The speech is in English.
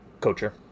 coacher